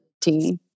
team